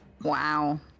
Wow